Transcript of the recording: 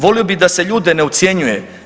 Volio bih da se ljude ne ucjenjuje.